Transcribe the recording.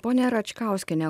ponia račkauskiene